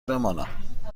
بمانم